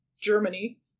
Germany